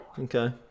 okay